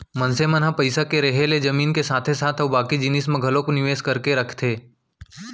मनसे मन ह पइसा के रेहे ले जमीन के साथे साथ अउ बाकी जिनिस म घलोक निवेस करके रखथे